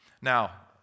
Now